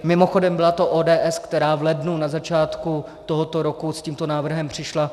Mimochodem byla to ODS, která v lednu na začátku tohoto roku s tímto návrhem přišla.